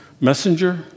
Messenger